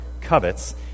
covets